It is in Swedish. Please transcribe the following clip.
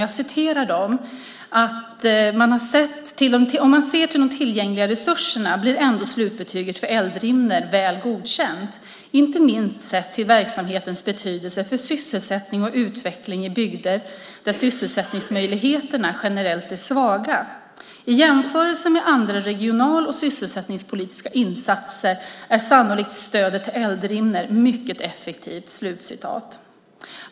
Jag citerar ur den: "Sett till de tillgängliga resurserna blir ändå slutbetyget för Eldrimner väl godkänt. Detta inte minst sett till verksamhetens betydelse för sysselsättning och utveckling i bygder där sysselsättningsmöjligheterna generellt är svaga. I jämförelse med andra regional och sysselsättningspolitiska insatser är sannolikt stödet till Eldrimner mycket effektivt."